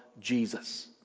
Jesus